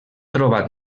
trobat